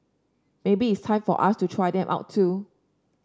maybe it's time for us to try them out too